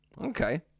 Okay